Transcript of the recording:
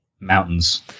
Mountains